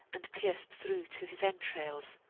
and pierced through to his entrails.